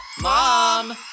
Mom